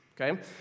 okay